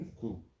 Cool